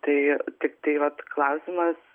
tai tiktai vat klausimas